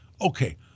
Okay